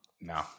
no